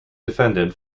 defendant